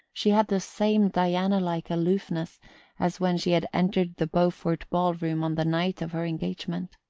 she had the same diana-like aloofness as when she had entered the beaufort ball-room on the night of her engagement.